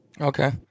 Okay